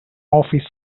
office